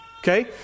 Okay